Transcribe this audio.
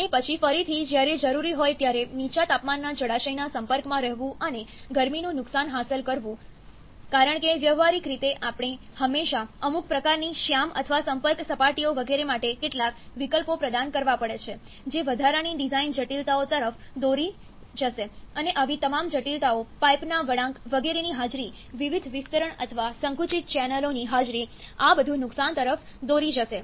અને પછી ફરીથી જ્યારે જરૂરી હોય ત્યારે નીચા તાપમાનના જળાશયના સંપર્કમાં રહેવું અને ગરમીનું નુકસાન હાંસલ કરવું કારણ કે વ્યવહારીક રીતે હંમેશા અમુક પ્રકારની શ્યામ અથવા સંપર્ક સપાટીઓ વગેરે માટે કેટલાક વિકલ્પો પ્રદાન કરવા પડે છે જે વધારાની ડિઝાઇન જટિલતાઓ તરફ દોરી જશે અને આવી તમામ જટિલતાઓ પાઈપના વળાંક વગેરેની હાજરી વિવિધ વિસ્તરણ અથવા સંકુચિત ચેનલોની હાજરી આ બધું નુકસાન તરફ દોરી જશે